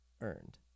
earned